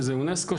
שזה אונסק"ו,